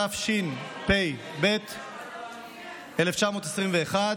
התשפ"ב 2021,